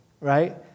right